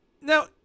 Now